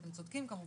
אתם צודקים כמובן,